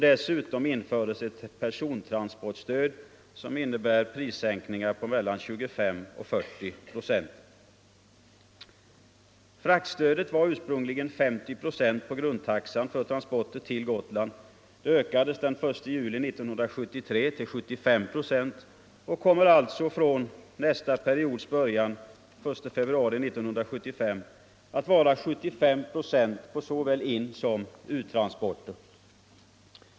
Dessutom införs ett persontransportstöd som innebär prissänkningar på mellan 25 och 40 procent. Fraktstödet var ursprungligen 50 procent på grundtaxan för transporter till Gotland. Det ökades den 1 juli 1973 till 75 procent och kommer alltså från nästa periods början den 1 februari 1975 att vara 75 procent på såväl insom uttransporter.